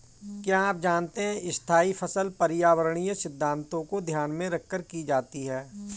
क्या आप जानते है स्थायी फसल पर्यावरणीय सिद्धान्तों को ध्यान में रखकर की जाती है?